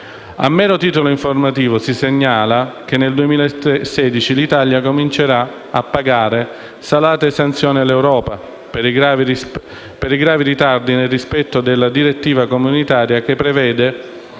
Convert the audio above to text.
A mero titolo informativo si segnala che nel 2016 l'Italia comincerà a pagare salate sanzioni all'Europa per i gravi ritardi nel rispetto della direttiva comunitaria che prevede,